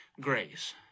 grace